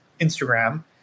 Instagram